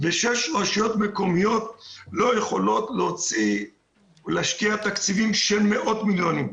ושש רשויות מקומיות לא יכולות להשקיע תקציבים של מאות מיליונים.